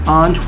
on